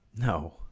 No